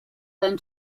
than